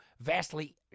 vastly